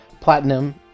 platinum